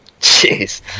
Jeez